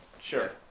Sure